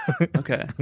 Okay